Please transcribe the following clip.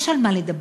יש על מה לדבר,